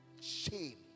shame